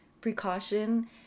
precaution